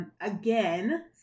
again